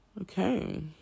Okay